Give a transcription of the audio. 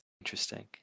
Interesting